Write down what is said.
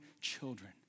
children